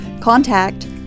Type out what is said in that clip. contact